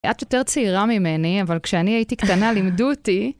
את יותר צעירה ממני, אבל כשאני הייתי קטנה לימדו אותי.